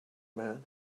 man